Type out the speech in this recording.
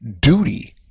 duty